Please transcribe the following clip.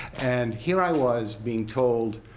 and here i was being told